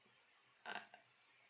uh